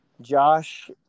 Josh